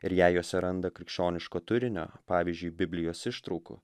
ir jei juose randa krikščioniško turinio pavyzdžiui biblijos ištraukų